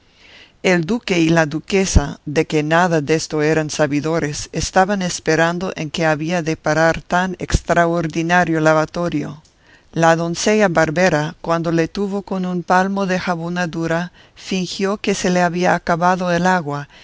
el duque y la duquesa que de nada desto eran sabidores estaban esperando en qué había de parar tan extraordinario lavatorio la doncella barbera cuando le tuvo con un palmo de jabonadura fingió que se le había acabado el agua